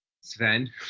Sven